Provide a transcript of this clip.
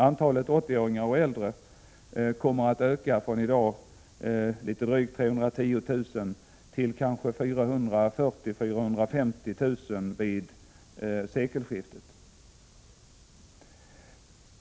Antalet 80-åringar och äldre kommer att öka från i dag lite drygt 310 000 till kanske 440 000-450 000 vid sekelskiftet.